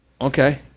Okay